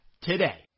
today